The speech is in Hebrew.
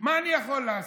מה אני יכול לעשות?